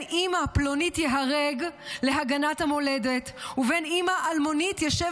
אימא פלונית ייהרג להגנת המולדת ובן אימא אלמונית יושב